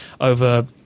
over